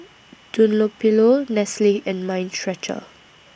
Dunlopillo Nestle and Mind Stretcher